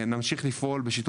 מבחינתנו זה מתחת לכל ביקורת.